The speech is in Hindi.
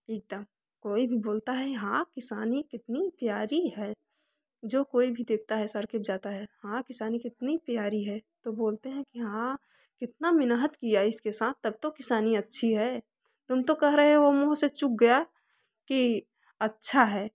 एकदम कोई भी बोलत है हाँ किसानी इतनी प्यारी है जो कोई भी देखता है सर कीप जाता है हाँ किसानी कितनी प्यारी है तो बोलते हैं कि हाँ कितना मेहनत किया इसके साथ तब तो किसानी अच्छी है तुम तो कह रहे हो मुहँ से चूक गया कि अच्छा है